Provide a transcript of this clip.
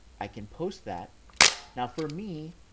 i can post that now. for me,